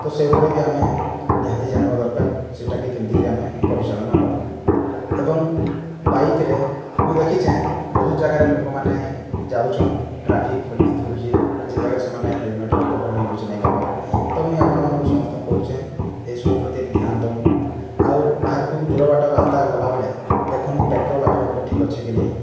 ତ ସେହି ଉପରେ ବି ଆମେ ନିହାତି ଜାଣିବା ଦରକାର ସେଇଟାକୁ କେମିତିକରି ଆମେ ପରିଚାଳନା କରିବା ଏବଂ ବାଇକ୍ରେ ମୁଁ ଦେଖିଛି ବହୁତ ଜାଗାରେ ଲୋକମାନେ ଯାଉଛନ୍ତି ଟ୍ରାଫିକ୍ ପୋଲିସ୍ ଧରୁଛି ଯେଉଁ ଜାଗାରେ ସେମାନେ ହେଲମେଟ୍ର ଉପକରଣ ୟୁଜ୍ ନାହିଁ କରିବାର ତ ମୁଁ ଆପଣମାନଙ୍କୁ ସମସ୍ତଙ୍କୁ କହୁଛି ଏସବୁ ପ୍ରତି ଧ୍ୟାନ ଦିଅନ୍ତୁ ଆଉ ବାହାରକୁ ଦୂର ବାଟ ରାସ୍ତା ଗଲାବେଳେ ଦେଖନ୍ତୁ ପେଟ୍ରୋଲ୍ ଆପଣଙ୍କର ଠିକ୍ ଅଛିକି ନାହିଁ